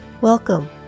welcome